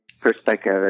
perspective